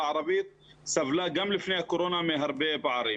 הערבית סבלה גם לפני הקורונה מהרבה פערים.